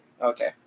Okay